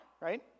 right